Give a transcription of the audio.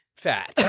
fat